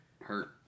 hurt